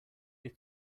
they